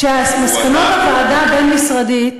מסקנות הוועדה הבין-משרדית